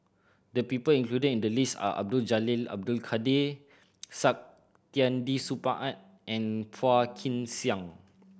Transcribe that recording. the people included in the list are Abdul Jalil Abdul Kadir Saktiandi Supaat and and Phua Kin Siang